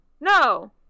No